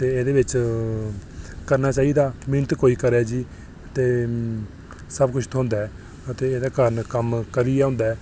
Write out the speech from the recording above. ते एह्दे बिच करना चाहिदा मैह्नत कोई करै जी ते सब कुछ थ्होंदा ऐ ते एह्दे कारण कम्म करियै होंदा ऐ